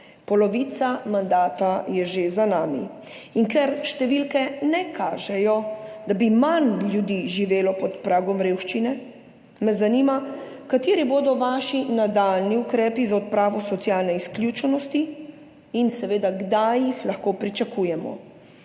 polovica mandata je že za nami in ker številke ne kažejo, da bi manj ljudi živelo pod pragom revščine, me zanima: Kateri bodo vaši nadaljnji ukrepi za odpravo socialne izključenosti? Kdaj jih lahko pričakujemo?